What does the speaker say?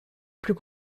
plus